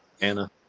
Anna